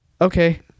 okay